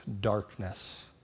darkness